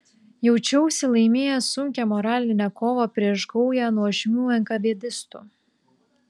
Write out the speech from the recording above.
jaučiausi laimėjęs sunkią moralinę kovą prieš gaują nuožmių enkavėdistų